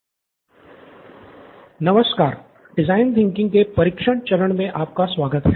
professor Bala नमस्कार design thinking के परीक्षण चरण में आपका स्वागत है